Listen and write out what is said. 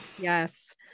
Yes